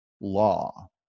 law